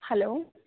hello